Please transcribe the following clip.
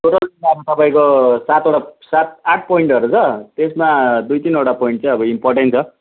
total त अब तपाईँको सातवटा सात आठ पोइन्टहरू छ त्यसमा दुई तिनवटा पोइन्ट चाहिँ अब इम्पोर्टेन्ट छ